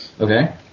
Okay